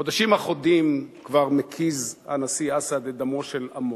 חודשים אחדים כבר מקיז הנשיא אסד את דמו של עמו,